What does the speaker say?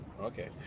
okay